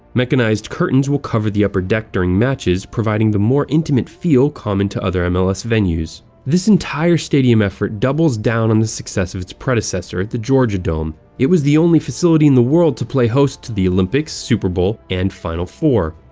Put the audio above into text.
mechanized curtains will cover the upper deck during matches, providing the more intimate feel common to other um mls venues. this entire stadium effort doubles down on the success of its predecessor, the georgia dome. it was the only facility in the world to play host to the olympics, super bowl, and final four.